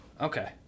Okay